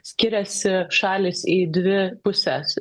skiriasi šalys į dvi puses